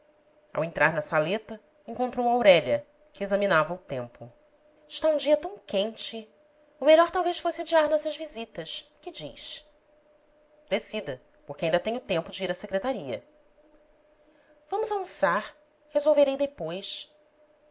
ao entrar na saleta encontrou aurélia que examinava o tempo está um dia tão quente o melhor talvez fosse adiar nossas visitas que diz decida porque ainda tenho tempo de ir à secretaria vamos almoçar resolverei depois